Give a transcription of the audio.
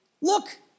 Look